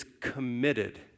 committed